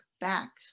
back